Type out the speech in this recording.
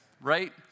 Right